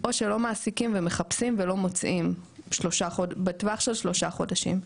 או שלא מעסיקים ומחפשים ולא מוצאים בטווח של שלושה חודשים,